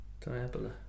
Diabla